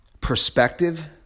perspective